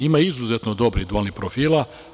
Ima izuzetno dobrih dualnih profila.